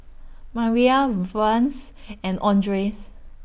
Mariyah Vance and Andres